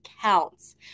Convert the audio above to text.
counts